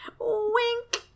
Wink